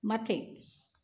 मथे